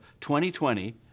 2020